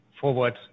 forward